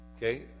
Okay